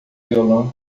violão